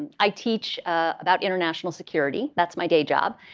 i teach about international security. that's my day job,